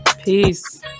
Peace